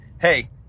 Hey